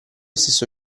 stesso